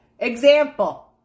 Example